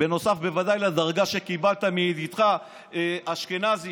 בנוסף בוודאי לדרגה שקיבלת מידידך אשכנזי,